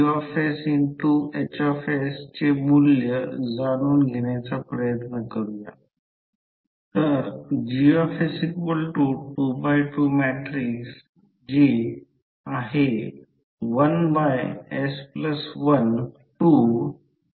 15 metre आहे आता L3 हा मध्य भाग आहे L3 तो 4 2 आहे ही बाजू 1 आहे ही बाजू 1 आहे ही उंची आहे आणि हे R1 आहे हे R1 R2 R3 आहे